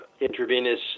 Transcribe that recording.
intravenous